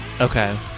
okay